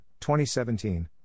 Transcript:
2017